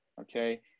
okay